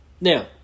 Now